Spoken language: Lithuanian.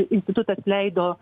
institutas leido